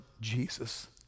Jesus